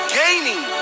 gaining